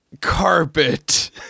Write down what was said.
carpet